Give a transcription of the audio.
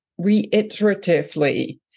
reiteratively